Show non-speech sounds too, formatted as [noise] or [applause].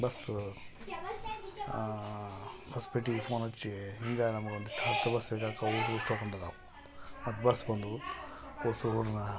bus ಹೊಸ್ಪೇಟೆಗೆ phone ಹಚ್ಚಿ ಹಿಂಗೆ ನಮ್ಗೊಂದು ಇಷ್ಟು ಹತ್ತು ಬಸ್ ಬೇಕಾಕವೆ [unintelligible] ಇದಾವು ಮತ್ತೆ ಬಸ್ ಬಂದವು [unintelligible]